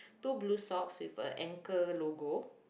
two blue socks with a ankle logo